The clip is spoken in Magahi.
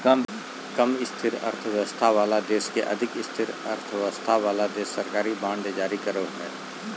कम स्थिर अर्थव्यवस्था वाला देश के अधिक स्थिर अर्थव्यवस्था वाला देश सरकारी बांड जारी करो हय